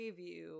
preview